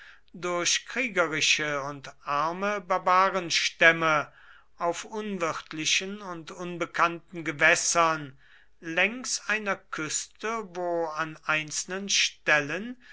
durch kriegerische und arme barbarenstämme auf unwirtlichen und unbekannten gewässern längs einer küste wo an einzelnen stellen